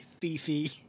Fifi